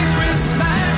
Christmas